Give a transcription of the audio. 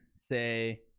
say